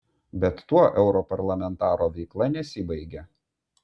bet tuo europarlamentaro veikla nesibaigia